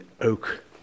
oak